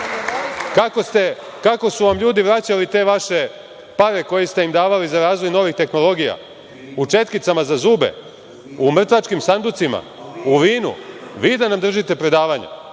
Kako su vam ljudi vraćali te vaše pare koje ste im davali za razvoj novih tehnologija? U četkicama za zube, u mrtvačkim sanducima, u vinu. Vi da nam držite predavanja?